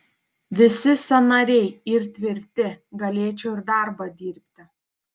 visi sąnariai yr tvirti galėčiau ir darbą dirbti